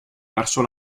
verso